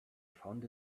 found